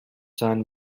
son